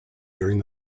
during